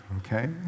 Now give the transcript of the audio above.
okay